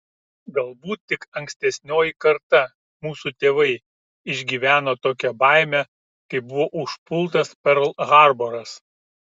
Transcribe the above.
galbūt tik ankstesnioji karta mūsų tėvai išgyveno tokią baimę kai buvo užpultas perl harboras